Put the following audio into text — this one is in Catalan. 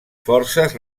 forces